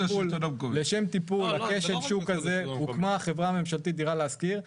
לשם טיפול בכשל שוק הזה הוקמה החברה הממשלתית "דירה להשכיר".